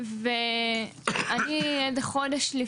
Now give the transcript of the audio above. מה שאומר שהחוק הזה יידחה עד מאוד,